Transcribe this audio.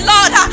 Lord